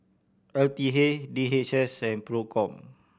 L T A D H S and Procom